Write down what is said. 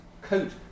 coat